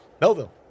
Melville